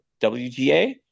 WGA